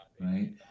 right